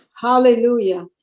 Hallelujah